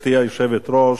גברתי היושבת-ראש,